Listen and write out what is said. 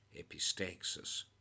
epistaxis